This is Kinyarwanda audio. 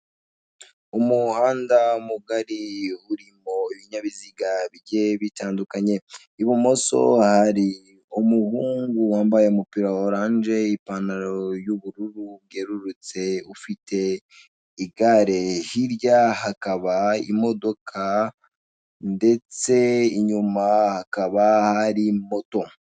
Umuhanda mugari urimo ibinyabiziga bigiye bitandukanye, ibumoso hari umuhungu wambaye umupira wa oranje, ipantaro y'ubururu bwererutse ufite igare. Hirya hakaba imodoka ndetse inyuma hakaba hari moto.